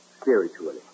spiritually